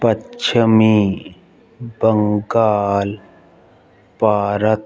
ਪੱਛਮੀ ਬੰਗਾਲ ਭਾਰਤ